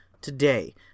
today